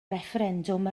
refferendwm